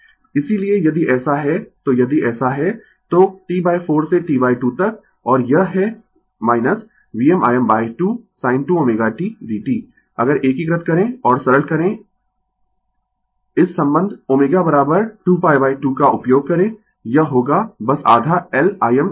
Refer Slide Time 2621 इसीलिए यदि ऐसा है तो यदि ऐसा है तो T 4 से T 2 तक और यह है VmIm2 sin 2 ω t dt अगर एकीकृत करें और सरल करें इस संबंध ω2π2 का उपयोग करें यह होगा बस आधा L Im2